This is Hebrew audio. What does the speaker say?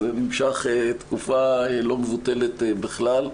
זה נמשך תקופה לא מבוטלת בכלל.